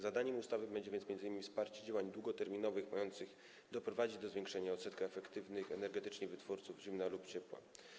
Zadaniem ustawy będzie więc m.in. wsparcie działań długoterminowych mających doprowadzić do zwiększenia odsetka efektywnych energetycznie wytwórców zimna lub ciepła.